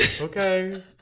okay